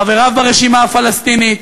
חבריו ברשימה הפלסטינית,